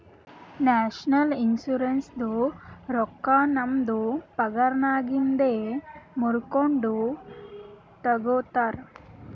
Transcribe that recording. national ಇನ್ಶುರೆನ್ಸದು ರೊಕ್ಕಾ ನಮ್ದು ಪಗಾರನ್ನಾಗಿಂದೆ ಮೂರ್ಕೊಂಡು ತಗೊತಾರ್